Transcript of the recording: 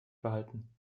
behalten